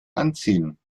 anziehen